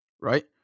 right